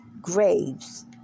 graves